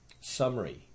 summary